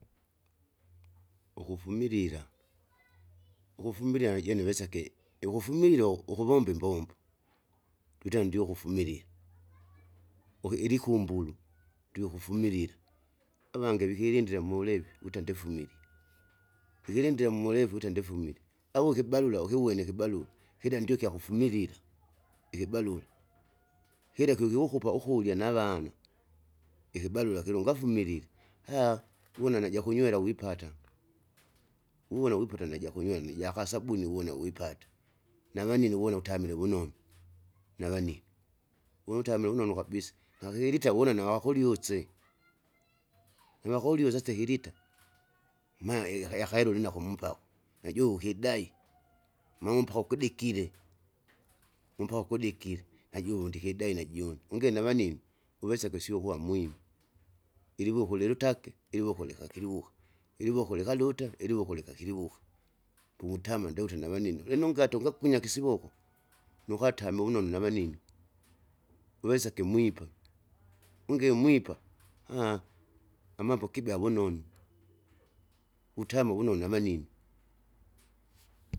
Ukufimilila ukufumilila najene uwesake ikufumilila u- ukuvomba imbombo, twita ndio ukufumilia uku ilikumbulu ndio ukufumilila, avange vikilindila mulevi wita ndifumilie, ikilindira muluevi ukuti ndifumile au ikibarura ukibwene ikibarura, kila ndio kyakufumilila ikibarura, kile kyokikukupqa ukurya navana ikibarura kira ungafumilile uwona najakunywela wipata, wiwona wipata najakunywera nijakasabuni uwona wipata, navanino uwona utamile vunonu navani. Woutamile wunonu kabis nakilita wuna navakuliuse, navakolusese ikilita ma iya yakahera ulinako mumpaku najuge ukidai ma umpaka ukudekire, umpaka ukudekire, najuve undikidai najune, unge navanine uwese kisyuka mwime, iliwuku lilutake iliwoku likakiliwuka, iliwoko likaluta iliwoko likaliliwuka. Pumutama ndiute navanino, lino ungate ungakunya kisiwoko nukatama wunonu navanini, uwesake mwipa unge mwipa amambo kibea wunonu, wutama wunonu navanin.